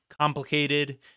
complicated